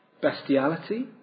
Bestiality